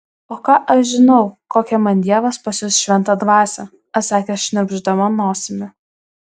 o ką aš žinau kokią man dievas pasiųs šventą dvasią atsakė šnirpšdama nosimi